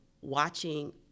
watching